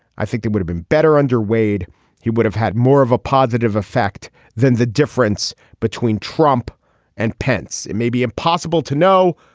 i think they would have been better under wade he would have had more of a positive effect than the difference between trump and pence. it may be impossible to know.